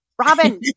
Robin